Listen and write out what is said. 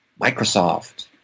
Microsoft